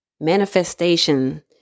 manifestation